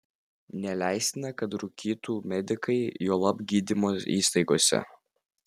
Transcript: neleistina kad rūkytų medikai juolab gydymo įstaigose